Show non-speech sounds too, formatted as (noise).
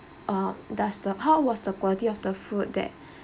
uh does the how was the quality of the food that (breath)